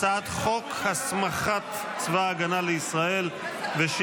אני קובע כי הצעת חוק ההתייעלות הכלכלית